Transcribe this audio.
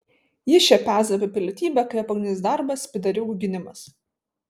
jis čia peza apie pilietybę kai jo pagrindinis darbas pydariūgų gynimas